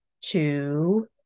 two